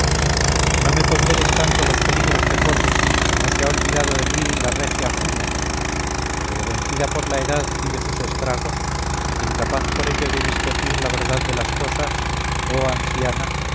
no me ponderes tanto los peligros que corro no se ha olvidado de mí la regia juno pero vencida por la edad y de sus estragos incapaz por ello de discernir la verdad de las cosas oh anciana